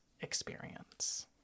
experience